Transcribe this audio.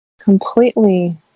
completely